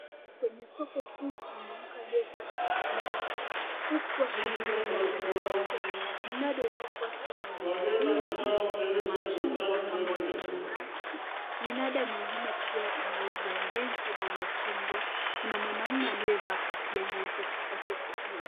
Kwenye soko hili kuna mwanamke aliyevaa shati nyeupe huku akiuza katika mnada wake. Mnada unafuata inauza ndizi ,machungwa pamoja na nasi. Minada mingine pia inauza ndizi na machungwa. Kuna mwanamume aliyevaa kofia nyeupe katika soko hili.